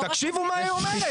תקשיבו מה היא אומרת.